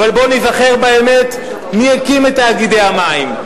אבל בואו ניזכר באמת מי הקים את תאגידי המים.